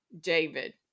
David